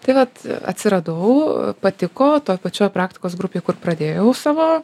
tai vat atsiradau patiko toj pačioj praktikos grupėj kur pradėjau savo